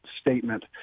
statement